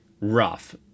rough